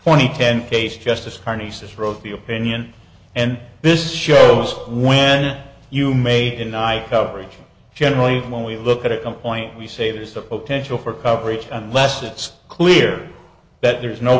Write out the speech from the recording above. twenty ten case justice carney says wrote the opinion and this shows when you made tonight coverage generally when we look at it a point we say there's the potential for coverage unless it's clear that there's no